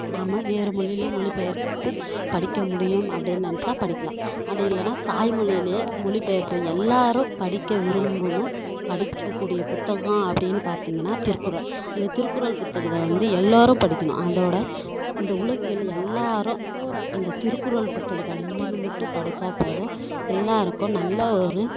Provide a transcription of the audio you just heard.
நாம் வேறு மொழியிலையும் மொழி பெயர்த்து படிக்க முடியும் அப்படின்னு நெனைச்சா படிக்கலாம் அப்படில்லனா தாய் மொழிலயே மொழி பெயர்ப்பு எல்லோரும் படிக்க விரும்பணும் படிக்க கூடிய புத்தகம் அப்படின்னு பார்த்திங்கன்னா திருக்குறள் அந்த திருக்குறள் புத்தகத்தை வந்து எல்லோரும் படிக்கணும் அதோடய இந்த உலகில் எல்லோரும் அந்த திருக்குறள் புத்தகத்தை ஒன்று மட்டும் படித்தா போதும் எல்லோருக்கும் நல்ல ஒரு